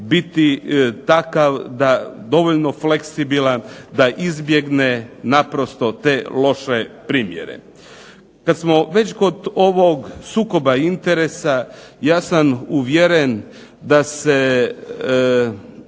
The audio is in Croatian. biti takav, dovoljno fleksibilan da izbjegne naprosto te loše primjere. Kad smo već kod ovog sukoba interesa, ja sam uvjeren da se